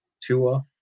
Tua